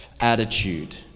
attitude